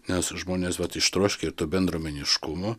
nes žmonės vat ištroškę ir to bendruomeniškumo